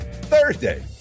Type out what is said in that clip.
Thursday